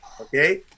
Okay